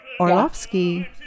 Orlovsky